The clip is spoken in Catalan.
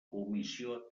comissió